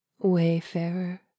wayfarer